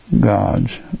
gods